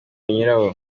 nyirawo